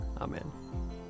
Amen